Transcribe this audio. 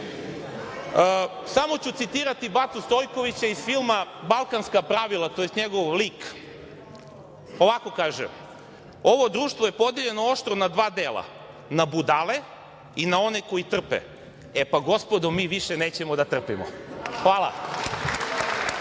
samo ću citirati Batu Stojkovića iz filma „Balkanska pravila“, tj. njegov lik, ovako kaže – ovo društvo je podeljeno oštro na dva dela, na budale i na one koji trpe. E pa gospodo, mi više nećemo da trpimo. Hvala.